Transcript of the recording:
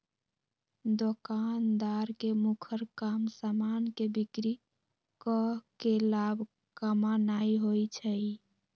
दोकानदार के मुखर काम समान के बिक्री कऽ के लाभ कमानाइ होइ छइ